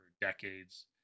decades